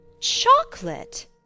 Chocolate